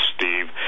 Steve